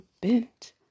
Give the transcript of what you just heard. bent